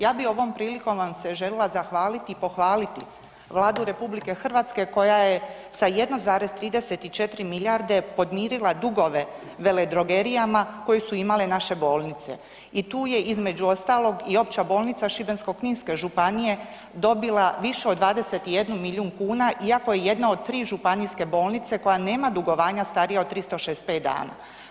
Ja bi ovom prilikom vam se želila zahvaliti i pohvaliti Vladu RH koja je sa 1,34 milijarde podmirila dugove veledrogerijama koje su imale naše bolnice i tu je između ostalog i Opća bolnica Šibensko-kninske županije dobila više od 21 milijun kuna iako je jedna od tri županijske bolnice koja nema dugovanja starija od 365 dana.